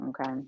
okay